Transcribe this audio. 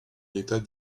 l’état